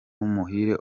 umuhire